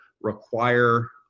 require